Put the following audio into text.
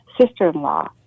sister-in-law